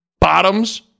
bottoms